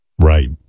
Right